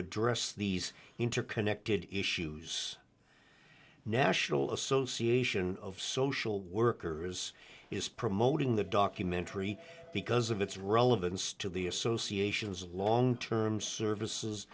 address these interconnected issues national association of social workers is promoting the documentary because of its relevance to the associations of long term services